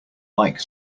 like